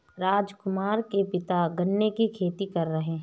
राजकुमार के पिता गन्ने की खेती कर रहे हैं